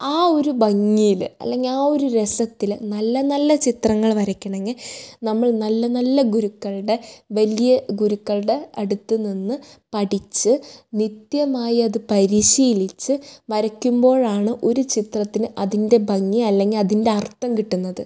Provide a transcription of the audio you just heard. ആ ഒരു ഭംഗിയിൽ അല്ലെങ്കിൽ ആ ഒരു രസത്തിൽ നല്ല നല്ല ചിത്രങ്ങൾ വരയ്ക്കണെങ്കിൽ നമ്മൾ നല്ല നല്ല ഗുരുക്കൾടെ വലിയ ഗുരുക്കൾടെ അട്ത്ത് നിന്ന് പഠിച്ച് നിത്യമായി അത് പരിശീലിച്ച് വരയ്ക്കുമ്പോഴാണ് ഒരു ചിത്രത്തിൽ അതിൻ്റെ ഭംഗി അല്ലെങ്കിൽ അതിൻ്റർത്ഥം കിട്ടുന്നത്